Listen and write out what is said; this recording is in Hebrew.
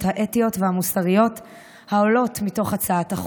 האתיות והמוסריות העולות מתוך הצעת החוק.